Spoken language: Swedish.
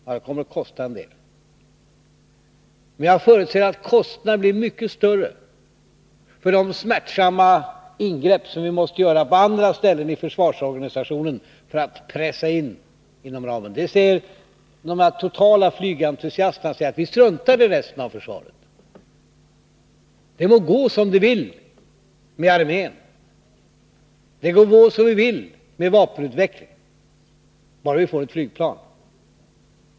Ja, det kommer att kosta en del, men jag förutser att kostnaden blir mycket större för de smärtsamma ingrepp som måste göras på andra ställen i försvarsorganisationen för att man skall kunna pressa in JAS-projektet inom ramen. De totala flygentusiasterna säger: Vi struntar i resten av försvaret. Det må gå som det vill med armén och det må gå som det vill med vapenutvecklingen, bara vi får ett flygplan!